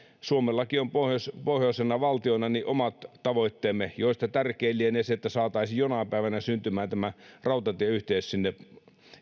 suomellakin on pohjoisena pohjoisena valtiona omat tavoitteensa joista tärkein lienee se että saataisiin jonain päivänä syntymään tämä rautatieyhteys sinne